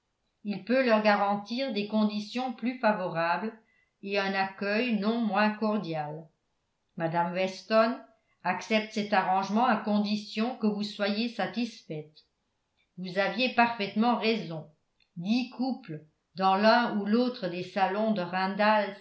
il peut leur garantir des conditions plus favorables et un accueil non moins cordial mme weston accepte cet arrangement à condition que vous soyez satisfaite vous aviez parfaitement raison dix couples dans l'un ou l'autre des salons de